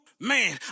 man